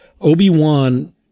Obi-Wan